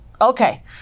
Okay